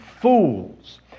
fools